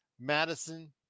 Madison